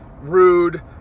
rude